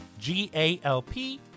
GALP